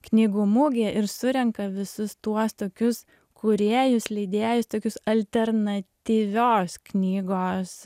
knygų mugė ir surenka visus tuos tokius kūrėjus leidėjus tokius alternatyvios knygos